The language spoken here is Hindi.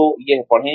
तो यह पढ़ें